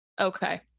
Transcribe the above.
Okay